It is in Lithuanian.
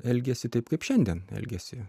elgiasi taip kaip šiandien elgiasi